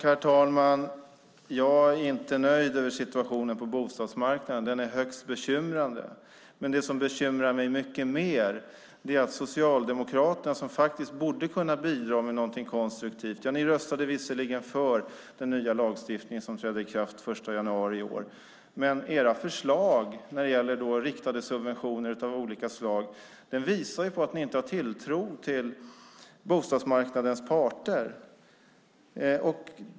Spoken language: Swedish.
Herr talman! Jag är inte nöjd över situationen på bostadsmarknaden. Den är högst bekymrande. Men det som bekymrar mig mycket mer är Socialdemokraterna, som borde kunna bidra med någonting konstruktivt. Ni röstade visserligen för den nya lagstiftningen som trädde i kraft den 1 januari i år. Men era förslag som gäller riktade subventioner av olika slag visar på att ni inte har tilltro till bostadsmarknadens parter.